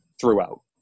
throughout